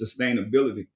sustainability